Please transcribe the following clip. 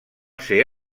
ser